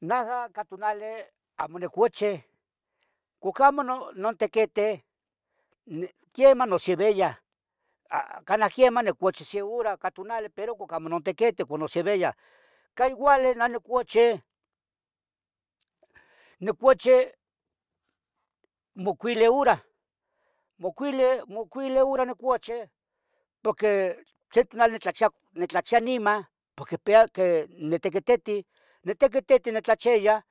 Neja ica tonali amo nicocheh uo tlamo notequite, queman nosevia canah quemah nicochi se hora ipa tonali pero cuac no tequiti, nosevia. Ca youali neh nicochi, nicochi macuile hora, macuale hora nicoche porque neh nitlachiya niman porque icpea que intiquititiu, nitiquititiu nitlacheya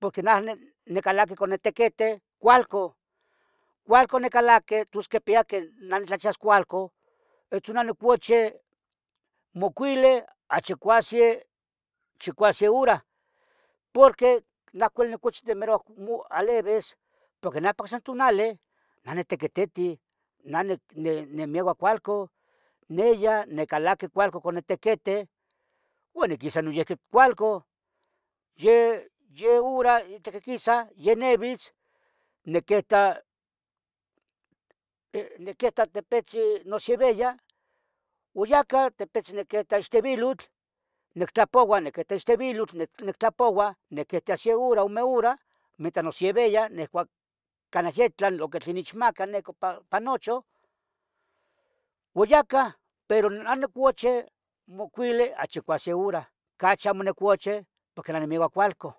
porque neh nicalaqui nitequite cualcon, cualcon nicalaqui tos quipia tlen nihsas cualcon. Neh nicochi macuile a chicuasen, chicuasen hora porque neh acmo uili nicochi temeroua alivis porque nepa ocse tonali nitequeteteu, nah nimeua cualcon, niya nicalaqui cualcan ca nitiquiti uan noyiuqui niquisa cualcan, ye hora nitiquisa ya nivitz niqueta, niquita tepetzin nosevia uo yacah tipetzin niquita ixtevilotl, nictlapoua niquita ixtevilotl nictlapouah, niquita se hora ome hora nican mosevia en lo que nechmaca pa nochan uo ya cah, pero nah nicochi macuili a chicuase hora, cachi amo nicochi porque nimeua cualcan.